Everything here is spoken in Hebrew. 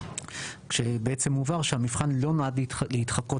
כשבעצם מובהר שהמבחן לא נועד להתחקות